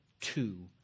two